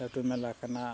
ᱞᱟᱹᱴᱩ ᱢᱮᱞᱟ ᱠᱟᱱᱟ